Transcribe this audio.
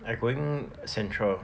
I going central